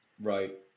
Right